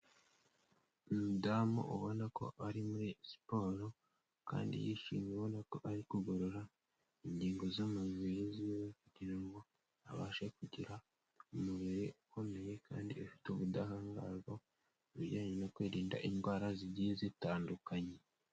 Umudamu ubona ko ari muri siporo kandi yishimye, ubona ko ari kugorora ingingo z'umubiri ziwe kugira ngo abashe kugira umubiri ukomeye kandi ufite ubudahangarwa mu bijyanye no kwirinda indwara zigiye zitandukanye.